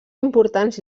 importants